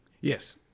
Yes